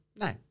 No